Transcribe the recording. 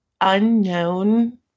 unknown